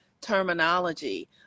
terminology